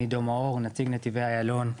אני נציג נתיבי איילון,